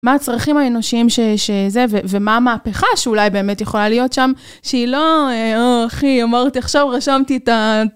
מה הצרכים האנושיים שזה, ומה המהפכה שאולי באמת יכולה להיות שם, שהיא לא, אחי, אמרתי עכשיו, רשמתי את ה...